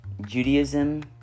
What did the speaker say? Judaism